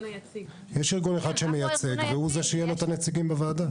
יש ארגון אחד שמייצג והוא זה שיהיו לו הנציגים בוועדה.